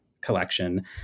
collection